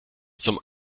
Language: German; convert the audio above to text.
zum